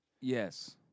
Yes